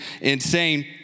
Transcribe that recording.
insane